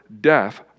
death